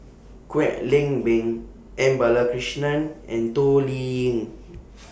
Kwek Leng Beng M Balakrishnan and Toh Liying